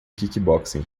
kickboxing